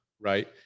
right